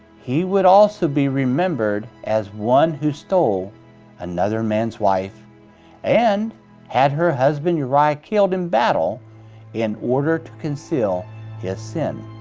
he would also be remembered as one who stole another man's wife and had her husband uriah killed in battle in order to conceal his sin.